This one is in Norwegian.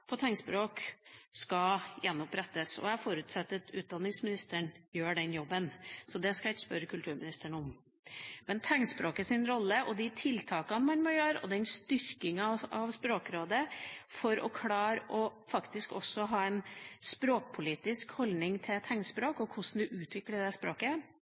på tegnspråk skal gjenopprettes. Jeg forutsetter at utdanningsministeren gjør den jobben, så det skal jeg ikke spørre kulturministeren om. Men tegnspråkets rolle, de tiltakene man må gjøre, og styrkinga av Språkrådet for faktisk å klare å ha en språkpolitisk holdning til tegnspråk og hvordan man utvikler det språket,